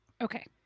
okay